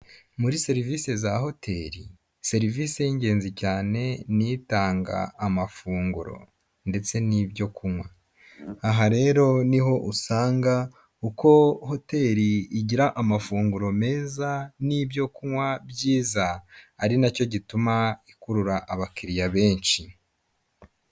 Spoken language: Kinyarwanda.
Muri serivisi za hoteli, serivisi y'ingenzi cyane ni itanga amafunguro ndetse n'ibyo kunywa, aha rero niho usanga uko hoteli igira amafunguro meza n'ibyo kunywa byiza, ari nacyo gituma ikurura abakiriya benshi.